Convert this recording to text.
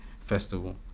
festival